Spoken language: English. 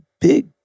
big